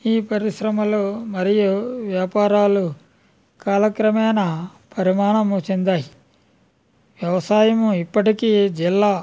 ఈ పరిశ్రమలు మరియు వ్యాపారాలు కాలక్రమేణా పరిమాణము చెందాయి వ్యవసాయము ఇప్పటికీ జిల్లా